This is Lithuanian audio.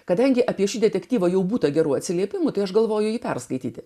kadangi apie šį detektyvą jau būta gerų atsiliepimų tai aš galvoju jį perskaityti